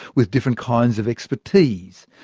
with different kinds of expertise.